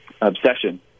obsession